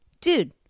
dude